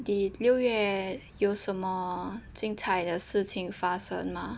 六月有什么精彩的事情发生吗